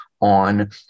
on